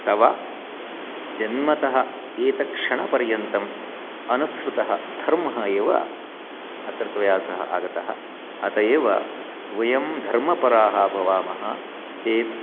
तव जन्मतः एतत् क्षणपर्यन्तम् अनुसृतः धर्मः एव अत्र त्वया सह आगतः अत एव वयं धर्मपराः भवामः चेत्